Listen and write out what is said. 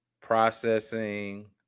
processing